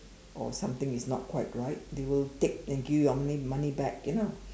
or something is not quite right they will take and give you your money back you know